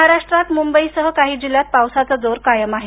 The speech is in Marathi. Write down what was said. महाराष्ट्रात मुंबई सह काही जिल्ह्यात पावसाचा जोर कायम आहे